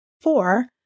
Four